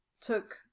took